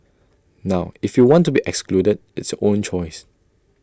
now if you want to be excluded it's your own choice